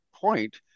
point